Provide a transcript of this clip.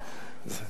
מה זה "רק"?